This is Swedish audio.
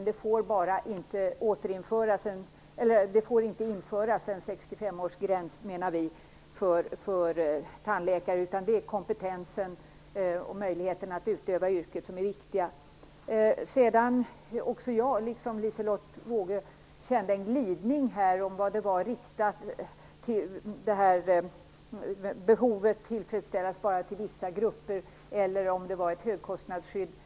Det får inte införas en 65-årsgräns för tandläkare, menar vi. Det är kompetens och möjligheterna att utöva yrket som är viktiga. Också jag, liksom Liselotte Wågö, kände en glidning här. Var det inriktat så att behovet bara skulle tillfredsställas för vissa grupper eller var det ett högkostnadsskydd?